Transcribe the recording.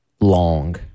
long